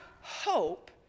hope